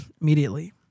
immediately